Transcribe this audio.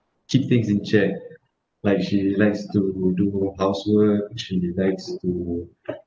keep things in check like she likes to do housework she likes to